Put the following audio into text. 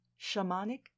Shamanic